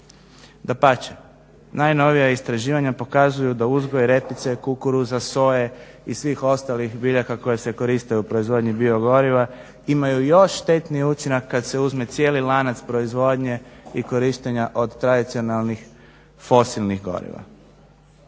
dapače. Najnovija istraživanja pokazuju da uzgoj repice, kukuruza, soje i svih ostalih biljaka koje se koriste u proizvodnji biogoriva imaju još štetniji učinak kada se uzme cijeli lanac proizvodnje i korištenja od tradicionalnih fosilnih goriva.